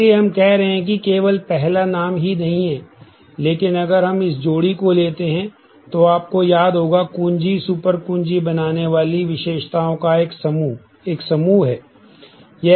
इसलिए हम कह रहे हैं कि केवल पहला नाम ही नहीं है लेकिन अगर हम इस जोड़ी को लेते हैं तो आपको याद होगा कुंजी सुपर कुंजी बनाने वाली विशेषताओं का समूह एक समूह है